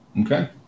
Okay